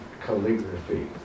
calligraphy